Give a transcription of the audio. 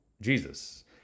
Jesus